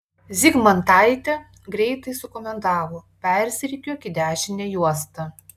zygmantaitė greitai sukomandavo persirikiuok į dešinę juostą